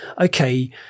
okay